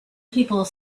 people